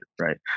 Right